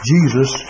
Jesus